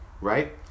right